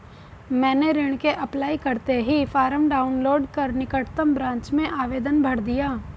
मैंने ऋण के अप्लाई करते ही फार्म डाऊनलोड कर निकटम ब्रांच में आवेदन भर दिया